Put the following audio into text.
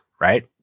right